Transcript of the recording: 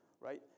right